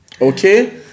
Okay